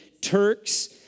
Turks